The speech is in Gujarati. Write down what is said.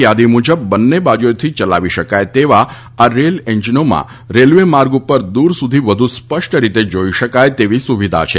યાદી મુજબ બંને બાજુએથી ચલાવી શકાય તેવા આ રેલ એન્જિનોમાં રેલવે માર્ગ ઉપર દૂર સુધી વધુ સ્પષ્ટ રીતે જોઈ શકાય તેવી સુવિધા છે